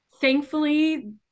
thankfully